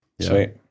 Sweet